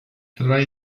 tra